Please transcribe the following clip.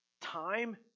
Time